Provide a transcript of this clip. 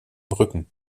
rücken